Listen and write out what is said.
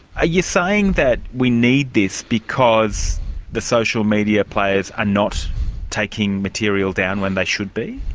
ah you saying that we need this because the social media players are not taking material down when they should be?